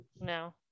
No